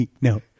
No